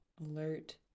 Alert